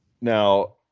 now